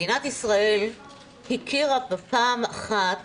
מדינת ישראל הכירה כבר פעם אחת